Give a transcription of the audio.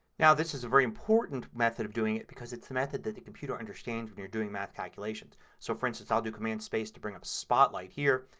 now this is a very important method of doing it because it's a method that the computer understands when you're doing math calculations. so for instance i'll do command space to bring up spotlight here.